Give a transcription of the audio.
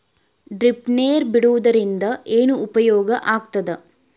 Drip ನೇರ್ ಬಿಡುವುದರಿಂದ ಏನು ಉಪಯೋಗ ಆಗ್ತದ?